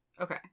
Okay